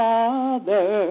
Father